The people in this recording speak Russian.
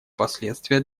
последствия